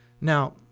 Now